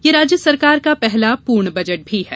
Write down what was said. यह राज्य सरकार का पहला पूर्ण बजट भी है